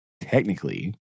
Technically